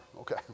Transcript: Okay